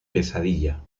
pesadilla